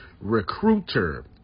recruiter